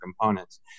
components